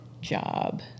job